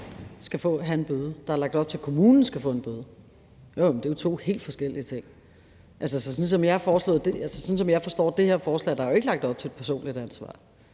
skal have en bøde. Der er lagt op til, at kommunen skal have en bøde. Det er jo to helt forskellige ting. Sådan som jeg forstår det her forslag, er der jo ikke lagt op til et personligt ansvar.